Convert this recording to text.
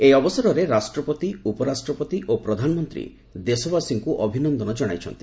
ଏହି ଅବସରରେ ରାଷ୍ଟ୍ରପତି ଉପରାଷ୍ଟ୍ରପତି ଓ ପ୍ରଧାନମନ୍ତ୍ରୀ ଦେଶବାସୀଙ୍କୁ ଅଭିନନ୍ଦନ ଜଣାଇଛନ୍ତି